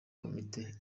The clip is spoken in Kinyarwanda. komite